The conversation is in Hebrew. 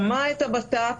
שמע את הבט"פ,